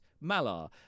Malar